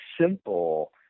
simple